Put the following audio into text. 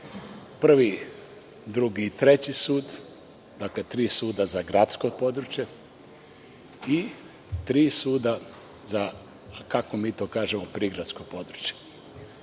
Prvi, Drugi i Treći sud. Dakle, tri suda za gradsko područje i tri suda za, kako mi to kažemo, prigradsko područje. Želim